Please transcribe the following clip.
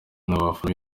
n’abafana